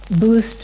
boost